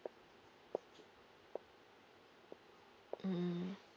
mm